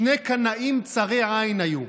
שני קנאים צרי עין היו.